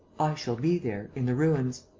i shall be there, in the ruins.